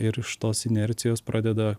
ir iš tos inercijos pradeda